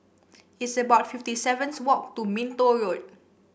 it's about fifty seven walk to Minto Road